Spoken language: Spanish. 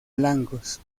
blancos